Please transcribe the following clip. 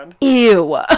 ew